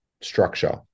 structure